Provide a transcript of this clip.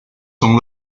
son